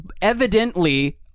evidently